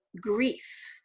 grief